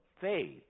faith